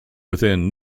within